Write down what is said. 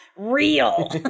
real